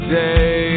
day